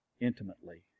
intimately